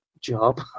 job